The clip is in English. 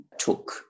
took